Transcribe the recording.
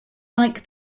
like